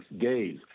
gays